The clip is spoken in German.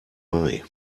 mai